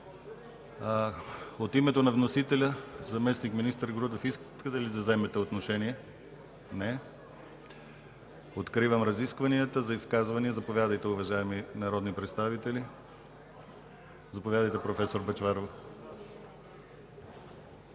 От името на вносителя, заместник-министър Грудев, желаете ли да вземете отношение? Не. Откривам разискванията. Заповядайте за изказвания, уважаеми народни представители. Заповядайте, проф. Бъчварова.